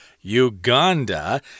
Uganda